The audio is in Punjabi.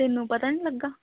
ਤੈਨੂੰ ਪਤਾ ਨਹੀਂ ਲੱਗਾ